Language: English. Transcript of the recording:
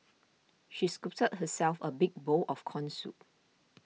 she scooped herself a big bowl of Corn Soup